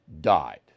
died